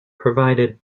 provided